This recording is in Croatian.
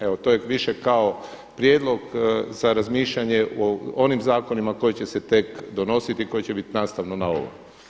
Evo, to je više kao prijedlog za razmišljanje o onim zakonima koji će se tek donositi i koji će biti nastavno na ovo.